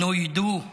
נוידו,